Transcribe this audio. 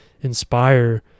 inspire